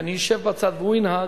שאני אשב בצד והוא ינהג.